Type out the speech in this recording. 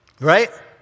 right